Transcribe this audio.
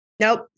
Nope